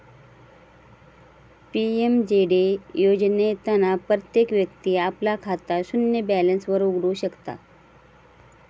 PMJD योजनेतना प्रत्येक व्यक्ती आपला खाता शून्य बॅलेंस वर उघडु शकता